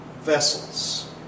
vessels